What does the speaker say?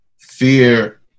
fear